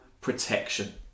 protection